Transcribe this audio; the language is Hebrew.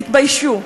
תתביישו.